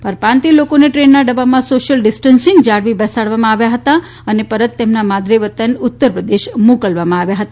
પરપ્રાંતીય લોકોને ટ્રેનના ડબ્બામાં સોશિયલ ડિસ્ટર્ન્સિંગ જાળવી બેસાડવામાં આવ્યા હતા અને પરત તેમના માદરે વતન ઉત્તર પ્રદેશ મોકલવામાં આવ્યા હતા